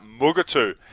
Mugatu